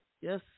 Yes